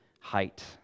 height